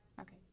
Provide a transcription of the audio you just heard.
Okay